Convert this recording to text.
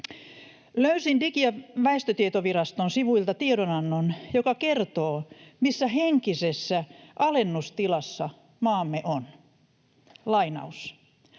Löysin Digi- ja väestötietoviraston sivuilta tiedonannon, joka kertoo, missä henkisessä alennustilassa maamme on, lainaus: